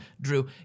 Drew